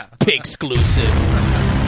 exclusive